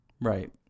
Right